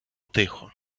тихо